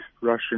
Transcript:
Russian